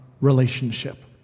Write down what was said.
relationship